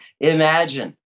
Imagine